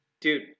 Dude